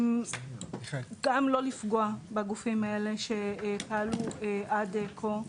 גם לא לפגע בגופים האלה עד כה,